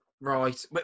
right